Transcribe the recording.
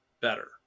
better